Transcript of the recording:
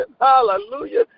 hallelujah